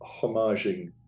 homaging